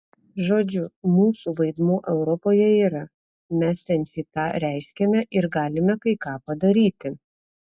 žodžiu mūsų vaidmuo europoje yra mes ten šį tą reiškiame ir galime kai ką padaryti